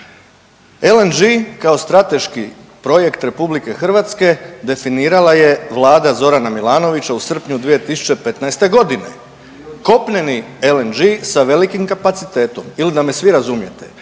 LNG kao strateški projekt RH definirala je Vlada Zorana Milanovića u srpnju 2015. g., kopneni LNG sa velikim kapacitetom ili da me svi razumijete,